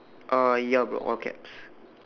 ah ya bro all caps